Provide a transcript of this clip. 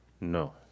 No